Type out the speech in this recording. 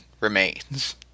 remains